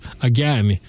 again